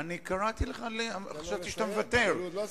קראתי לך, חשבתי שאתה מוותר.